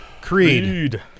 Creed